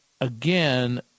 again